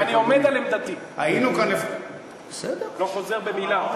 ואני עומד על עמדתי, לא חוזר במילה.